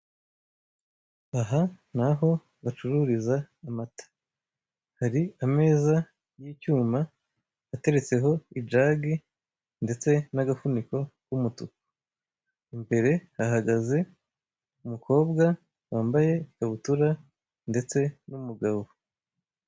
Aha ni aho bacururiza amata, hari ameza y'icyuma ateretseho ijage ndetse n'agafuniko k'umutuku, imbere hahagaze umukobwa wambaye ikabutura ndetse n'umugabo.